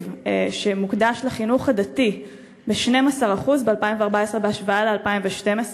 שמוקדש לחינוך הדתי ב-12% ב-2014 בהשוואה ל-2012,